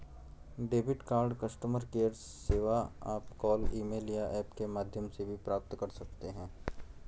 debit card customer care सेवा आप call email या ऐप के माध्यम से भी प्राप्त कर सकते हैं